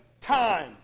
time